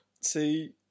See